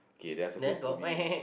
K they are suppose to be